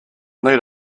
lead